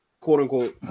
quote-unquote